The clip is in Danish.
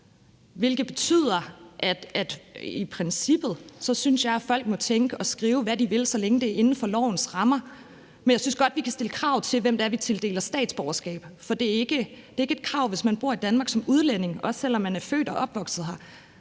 princippet synes, folk må tænke og skrive, hvad de vil, så længe det er inden for lovens rammer. Men jeg synes godt, vi kan stille krav til, hvem det er, vi tildeler statsborgerskab. Det er ikke et krav; hvis man bor i Danmark som udlænding, også selv om man er født og opvokset her,